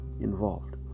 involved